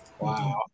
Wow